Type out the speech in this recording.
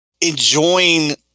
enjoying